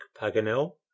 paganel